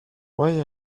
why